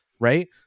right